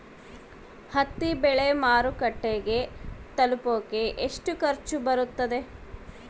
ಹತ್ತಿ ಬೆಳೆ ಮಾರುಕಟ್ಟೆಗೆ ತಲುಪಕೆ ಎಷ್ಟು ಖರ್ಚು ಬರುತ್ತೆ?